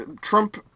Trump